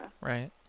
Right